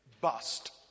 bust